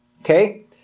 Okay